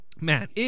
Man